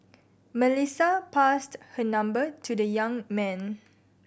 Melissa passed her number to the young man